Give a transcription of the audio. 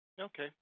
Okay